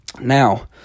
Now